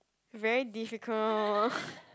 very difficult